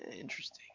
Interesting